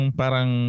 parang